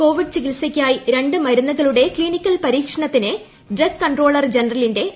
Covid ചികിത്സയ്ക്കായി രണ്ട് മരുന്നുകളുടെ ക്സിനിക്കൽ പരീക്ഷണത്തിന് ഡ്രഗ്ഗ് കൺട്രോളർ ജനറലിന്റെ അനുമതി